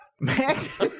Max